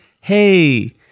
Hey